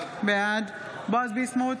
בעד בועז ביסמוט,